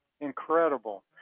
Incredible